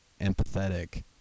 empathetic